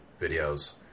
videos